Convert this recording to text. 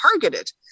targeted